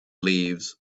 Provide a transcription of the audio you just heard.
leaves